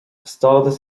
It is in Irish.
stádas